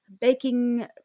baking